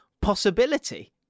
possibility